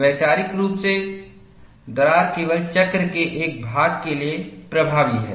वैचारिक रूप से दरार केवल चक्र के एक भाग के लिए प्रभावी है